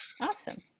Awesome